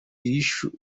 yishyuye